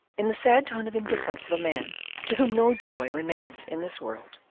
in the sad tone of indifference of a man to whom no joy remains in this world.